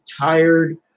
tired